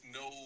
no